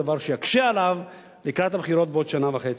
דבר שיקשה עליו לקראת הבחירות בעוד שנה וחצי.